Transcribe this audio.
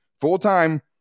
full-time